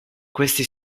questi